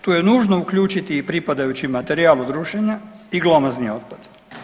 Tu je nužno priključiti i pripadajući materijal od rušenja i glomazni otpad.